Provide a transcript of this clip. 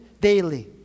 daily